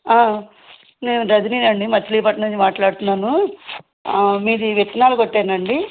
నేను రజినీని అండి మచిలీపట్నం నుంచి మాట్లాడుతున్నాను మీది విత్తనాల కొట్టేనాండి